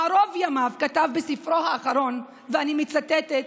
בערוב ימיו, כתב בספרו האחרון, ואני מצטטת: